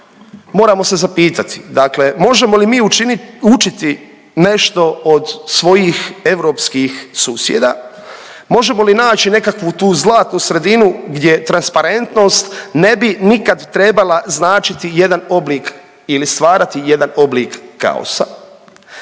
moramo se zapitati, dakle možemo li mi učini… učiti nešto od svojih europskih susjeda, možemo li naći nekakvu tu zlatnu sredinu gdje transparentnost ne bi nikada trebala značiti jedan oblik ili stvarati jedan oblik kaosa.